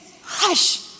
hush